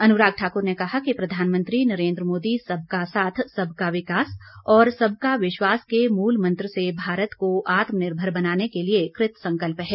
अनुराग ठाकुर ने कहा है कि प्रधानमंत्री नरेन्द्र मोदी सबका साथ सबका विकास और सबका विश्वास के मूलमंत्र से भारत को आत्मनिर्भर बनाने के लिए कृतसंकल्प है